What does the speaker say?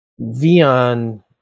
Vian